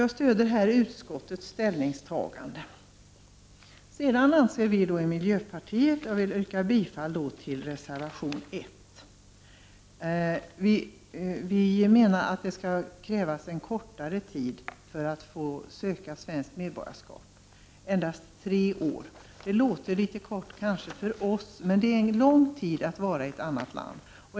Jag stöder alltså utskottets ställningstagande. Jag yrkar vidare bifall till reservation 1. I miljöpartiet anser vi att det skall krävas en kortare tid för att söka svenskt medborgarskap, endast tre år. Det kan låta litet kort, men det är en lång tid att vara i ett annat land.